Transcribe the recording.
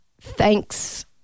Thanks